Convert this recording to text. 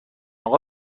اقا